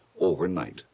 overnight